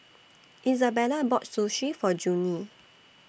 Isabella bought Sushi For Junie